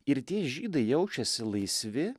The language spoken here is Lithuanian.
ir tie žydai jaučiasi laisvi